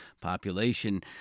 population